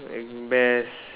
at best